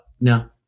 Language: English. No